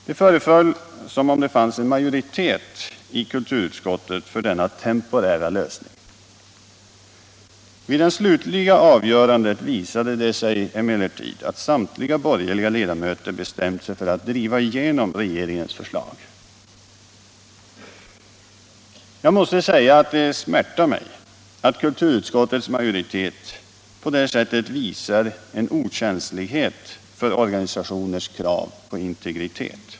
Det föreföll som om det fanns en majoritet i kulturutskottet för denna temporära lösning. Vid det slutliga avgörandet visade det sig emellertid att samtliga borgerliga ledamöter bestämt sig för att driva igenom regeringens förslag. Jag måste säga att det smärtar mig att kulturutskottets majoritet på detta sätt visar en okänslighet för organisationers krav på integritet.